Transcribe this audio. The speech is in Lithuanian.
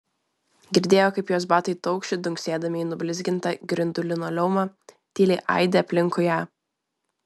girdėjo kaip jos batai taukši dunksėdami į nublizgintą grindų linoleumą tyliai aidi aplinkui ją